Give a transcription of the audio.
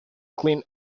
clean